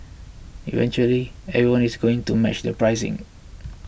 eventually everyone is going to match the pricing